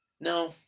No